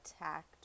attacked